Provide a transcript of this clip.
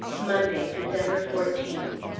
monday, december fourteenth.